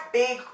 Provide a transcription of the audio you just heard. big